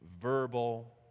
verbal